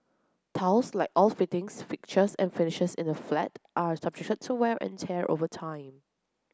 tiles like all fittings fixtures and finishes in a flat are subjected to wear and tear over time